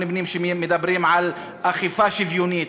פנים שמדברים על אכיפה שוויונית,